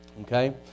Okay